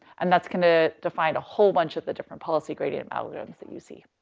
and that's going to define a whole bunch of the different policy gradient algorithms that you see.